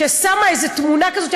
ששמה איזה תמונה כזאת,